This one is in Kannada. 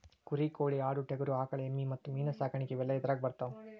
ಕುರಿ ಕೋಳಿ ಆಡು ಟಗರು ಆಕಳ ಎಮ್ಮಿ ಮತ್ತ ಮೇನ ಸಾಕಾಣಿಕೆ ಇವೆಲ್ಲ ಇದರಾಗ ಬರತಾವ